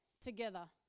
together